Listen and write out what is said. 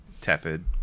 tepid